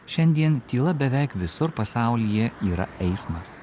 šiandien tyla beveik visur pasaulyje yra eismas